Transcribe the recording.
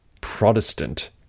Protestant